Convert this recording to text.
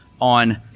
on